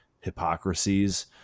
hypocrisies